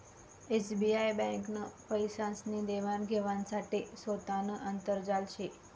SBI ब्यांकनं पैसासनी देवान घेवाण साठे सोतानं आंतरजाल शे